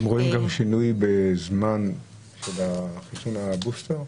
אתם רואים גם שינוי בזמן של חיסון הבוסטר?